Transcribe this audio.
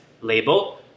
label